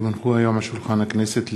כי הונחו היום על שולחן הכנסת,